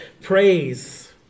praise